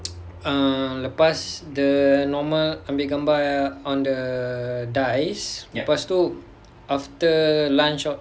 err lepas the normal ambil gambar on the dais lepa stu after lunch or